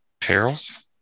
Perils